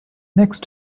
next